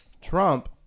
Trump